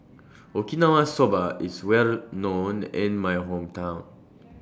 Okinawa Soba IS Well known in My Hometown